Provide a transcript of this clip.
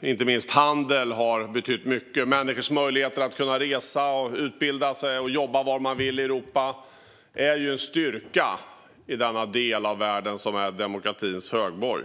inte minst handel har betytt mycket. Människors möjligheter att resa, utbilda sig och jobba var de vill i Europa är en styrka i denna del av världen, som är demokratins högborg.